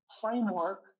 framework